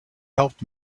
helped